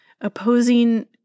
opposing